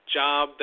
job